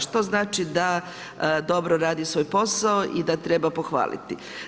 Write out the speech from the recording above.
Što znači da dobro radi svoj posao i da treba pohvaliti.